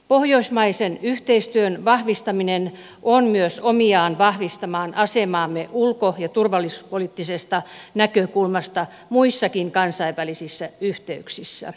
pohjoismaisen yhteistyön vahvistaminen on myös omiaan vahvistamaan asemaamme ulko ja turvallisuuspoliittisesta näkökulmasta muissakin kansainvälisissä yhteyksissä